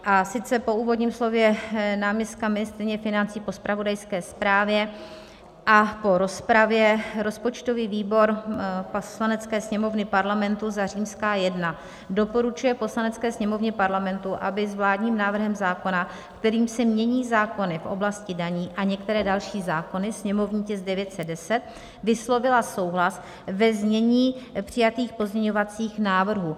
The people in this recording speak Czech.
A sice po úvodním slově náměstka ministryně financí, po zpravodajské zprávě a po rozpravě rozpočtový výbor Poslanecké sněmovny Parlamentu za prvé doporučuje Poslanecké sněmovně Parlamentu, aby s vládním návrhem zákona, kterým se mění zákony v oblasti daní a některé další zákony, sněmovní tisk 910, vyslovila souhlas ve znění přijatých pozměňovacích návrhů.